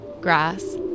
grass